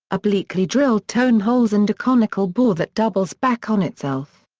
obliquely drilled tone holes and a conical bore that doubles back on itself.